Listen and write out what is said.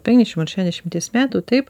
penkiasdešim ar šešiasdešimties metų taip